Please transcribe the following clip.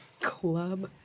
Club